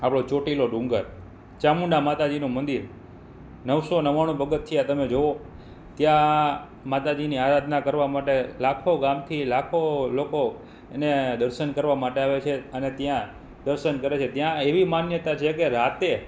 આપણો ચોટીલો ડુંગર ચામુંડા માતાજીનું મંદિર નવસો નવ્વાણું પગથિયાં તમે જુઓ ત્યાં માતાજીની આરાધના કરવા માટે લાખો ગામથી લાખો લોકો એને દર્શન કરવા માટે આવે છે અને ત્યાં દર્શન કરે છે ત્યાં એવી માન્યતા છે કે રાતે